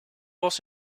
was